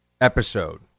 Episode